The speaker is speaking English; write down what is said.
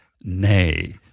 nay